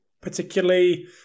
particularly